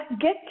get